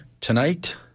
tonight